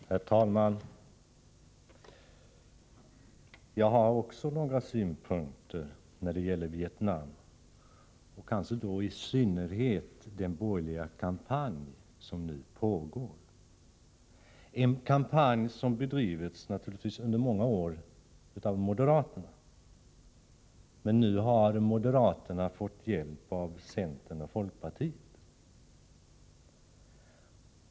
Herr talman! Också jag har några synpunkter när det gäller Vietnam och kanske då i synnerhet på den borgerliga kampanj som nu pågår, en kampanj som naturligtvis bedrivits av moderaterna under många år. Nu har moderaterna fått hjälp av centern och folkpartiet.